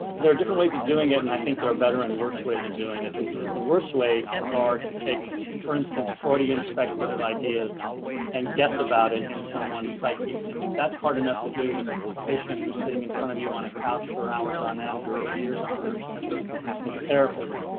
there are different ways of doing it and i think there are better and worse ways of doing it the worst ways are to take for instance freudian speculative ideas and guess about it in someone's psyche i mean that's hard enough to do with a patient who's sitting in front of you on a couch for hours on end for years on them as a as a therapist.